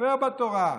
שכופר בתורה,